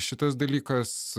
šitas dalykas